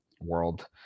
world